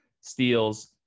steals